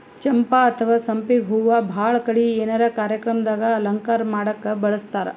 ಚಂಪಾ ಅಥವಾ ಸಂಪಿಗ್ ಹೂವಾ ಭಾಳ್ ಕಡಿ ಏನರೆ ಕಾರ್ಯಕ್ರಮ್ ದಾಗ್ ಅಲಂಕಾರ್ ಮಾಡಕ್ಕ್ ಬಳಸ್ತಾರ್